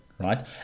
Right